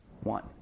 One